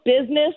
business